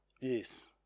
Yes